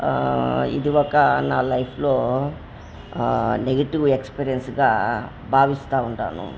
ఇది ఒక నా లైఫ్లో నెగిటివ్ ఎక్స్పీరియన్స్గా భావిస్తూ ఉంటాను